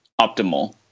optimal